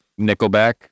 Nickelback